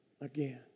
again